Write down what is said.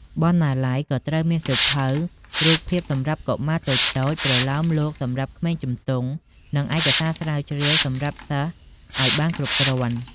បណ្ណាល័យក៍ត្រូវមានសៀវភៅរូបភាពសម្រាប់កុមារតូចៗ ប្រលោមលោកសម្រាប់ក្មេងជំទង់ និងឯកសារស្រាវជ្រាវសម្រាប់សិស្សអោយបានគ្រប់គ្រាន់ ។